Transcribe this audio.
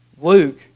Luke